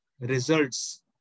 results